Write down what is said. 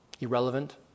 irrelevant